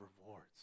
rewards